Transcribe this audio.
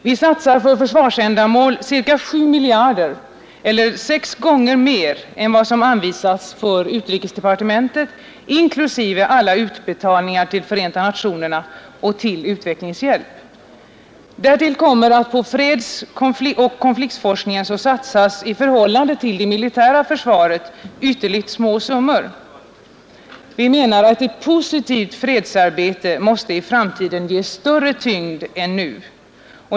Vi satsar i vårt land för försvarsändamål ca 7 miljarder kronor eller sex gånger mer än vad som anvisats för utrikesdepartementet, inklusive alla utbetalningar till Förenta nationerna och till utvecklingshjälp. Därtill kommer att på fredsoch konfliktforskningen satsas i förhållande till det militära försvaret ytterligt små summor. Vi anser att ett positivt fredsarbete måste i framtiden ges större tyngd än nu.